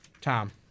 Tom